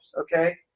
okay